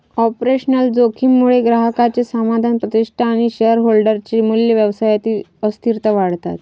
operational जोखीम मुळे ग्राहकांचे समाधान, प्रतिष्ठा आणि शेअरहोल्डर चे मूल्य, व्यवसायातील अस्थिरता वाढतात